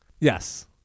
yes